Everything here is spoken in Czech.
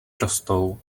rostou